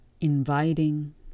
inviting